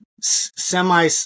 semi